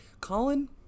Colin